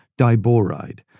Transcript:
diboride